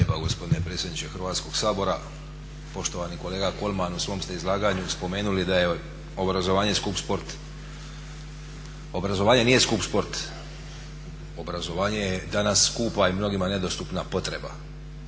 lijepa gospodine predsjedniče Hrvatskoga sabora. Poštovani kolega Kolman u svom ste izlaganju spomenuli da je obrazovanje skup sport. Obrazovanje nije skup sport, obrazovanje je danas skupa i mnogima nedostupna potreba.